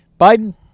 Biden